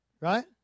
Right